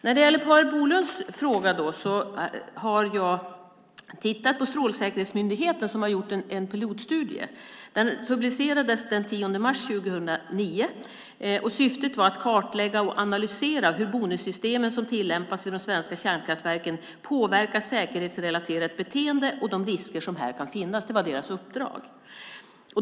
När det gäller Per Bolunds fråga har jag tittat på Strålsäkerhetsmyndigheten som har gjort en pilotstudie. Den publicerades den 10 mars 2009. Syftet var att kartlägga och analysera hur bonussystemen som tillämpas vid de svenska kärnkraftverken påverkar säkerhetsrelaterat beteende och de risker som här kan finnas. Det var deras uppdrag.